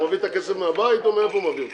הוא מביא את הכסף מהבית או מאיפה הוא מביא אותו?